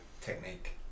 technique